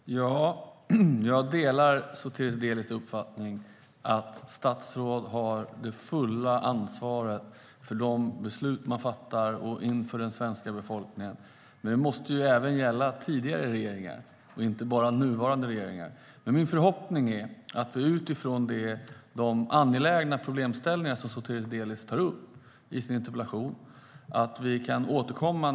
Fru talman! Jag delar Sotiris Delis uppfattning att statsråd har det fulla ansvaret för de beslut man fattar och inför den svenska befolkningen. Men det måste gälla även tidigare regeringar och inte bara nuvarande regeringar. Det är angelägna frågor som Sotiris Delis tar upp i sin interpellation.